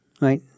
right